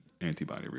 antibody